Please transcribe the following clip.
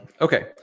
okay